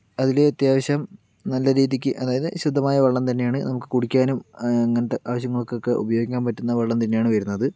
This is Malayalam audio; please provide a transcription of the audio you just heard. അതില് അത്യാവശ്യം നല്ല രീതിയ്ക്ക് അതായത് ശുദ്ധമായ വെള്ളം തന്നെയാണ് നമുക്ക് കുടിക്കാനും അങ്ങനത്ത ആവശ്യങ്ങള്ക്കൊക്കെ ഉപയോഗിക്കാന് പറ്റുന്ന വെള്ളം തന്നെയാണ് വെരുന്നത്